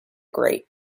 grate